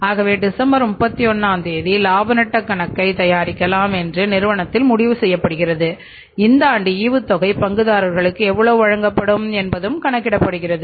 ஆகவே டிசம்பர் 31 ஆம் தேதி இலாப நட்டக் கணக்கைத் தயாரிக்கலாம் என்று நிறுவனத்தில் முடிவு செய்யப்படுகிறது இந்த ஆண்டு ஈவுத்தொகை பங்குதாரர்களுக்கு எவ்வளவு வழங்கப்படும் என்பதும் கணக்கிடப்படுகிறது